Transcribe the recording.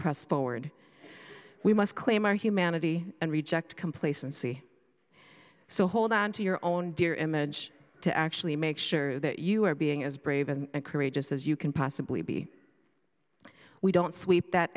press forward we must claim our humanity and reject complacency so hold on to your own dear image to actually make sure that you are being as brave and courageous as you can possibly be we don't sweep that